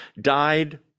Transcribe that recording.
died